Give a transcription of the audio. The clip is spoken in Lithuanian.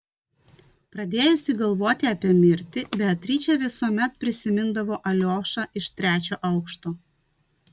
pradėjusi galvoti apie mirtį beatričė visuomet prisimindavo aliošą iš trečio aukšto